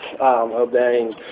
obeying